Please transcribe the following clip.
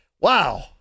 Wow